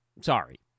Sorry